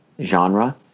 genre